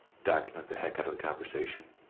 document the heck out of the conversation.